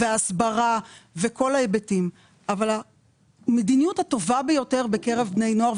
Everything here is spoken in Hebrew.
הסברה וכל ההיבטים אבל המדיניות הטובה ביותר בקרב בני נוער,